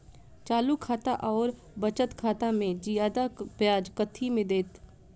चालू खाता आओर बचत खातामे जियादा ब्याज कथी मे दैत?